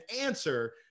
answer